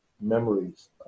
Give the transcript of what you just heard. memories